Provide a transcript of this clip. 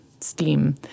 steam